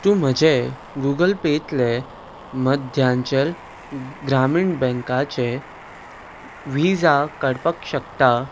तूं म्हजें गुगल पेतले मध्यांचल ग्रामीण बँकाचे विजा काडपाक शकता